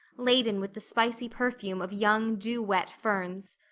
laden with the spicy perfume of young dew-wet ferns.